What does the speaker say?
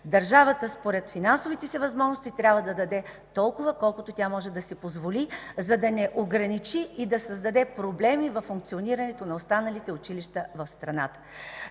Държавата според финансовите си възможности трябва да даде толкова, колкото тя може да си позволи, за да не ограничи и да създаде проблеми във функционирането на останалите училища в страната.